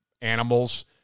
animals